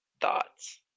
thoughts